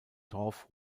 torf